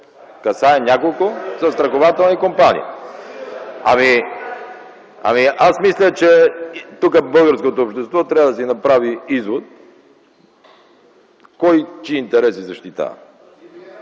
Касае няколко застрахователни компании. Аз мисля, че тук българското общество трябва да си направи извод кой чии интереси защитава.